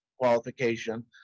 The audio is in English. qualification